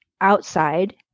outside